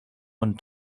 und